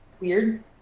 weird